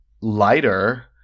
lighter